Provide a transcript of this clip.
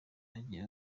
bagiye